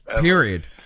Period